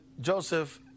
Joseph